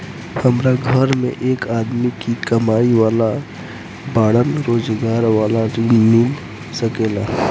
हमरा घर में एक आदमी ही कमाए वाला बाड़न रोजगार वाला ऋण मिल सके ला?